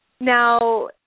Now